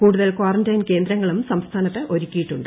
കൂടുതൽ കാറന്റയിൻ കേന്ദ്രങ്ങളും സംസ്ഥാനത്ത് ഒരുക്കിയിട്ടുണ്ട്